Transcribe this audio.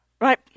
Right